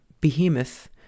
behemoth